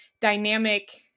dynamic